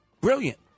Brilliant